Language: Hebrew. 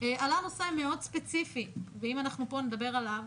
עלה נושא מאוד ספציפי ואם אנחנו פה נדבר עליו